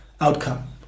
outcome